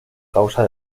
causa